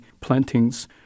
plantings